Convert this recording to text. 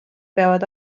peavad